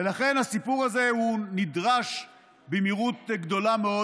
ולכן הסיפור הזה נדרש במהירות גדולה מאוד